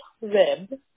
web